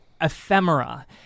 ephemera